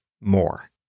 more